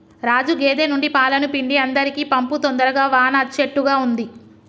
రాజు గేదె నుండి పాలను పిండి అందరికీ పంపు తొందరగా వాన అచ్చేట్టుగా ఉంది